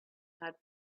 had